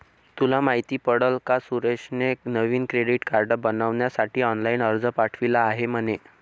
तुला माहित पडल का सुरेशने नवीन क्रेडीट कार्ड बनविण्यासाठी ऑनलाइन अर्ज पाठविला आहे म्हणे